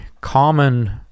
common